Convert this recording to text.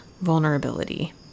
vulnerability